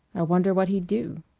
i wonder what he'd do?